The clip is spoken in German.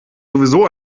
sowieso